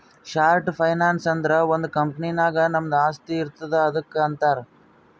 short finance ಅಂದುರ್ ಒಂದ್ company ನಾಗ್ ನಮ್ದು ಆಸ್ತಿ ಇರ್ತುದ್ ಅದುಕ್ಕ ಅಂತಾರ್